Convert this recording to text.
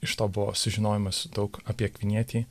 iš to buvo sužinojimas daug apie akvinietį